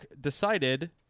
decided